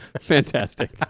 Fantastic